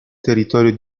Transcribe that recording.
territorio